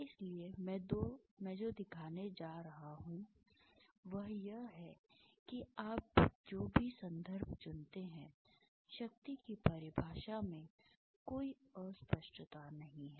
इसलिए मैं जो दिखाने जा रहा हूं वह यह है कि आप जो भी संदर्भ चुनते हैं शक्ति की परिभाषा में कोई अस्पष्टता नहीं है